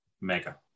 mega